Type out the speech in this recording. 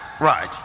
Right